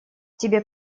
тебе